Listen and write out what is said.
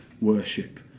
worship